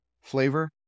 flavor